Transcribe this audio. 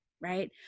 right